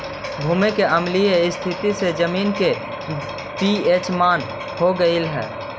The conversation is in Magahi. भूमि के अम्लीय स्थिति से जमीन के पी.एच कम हो जा हई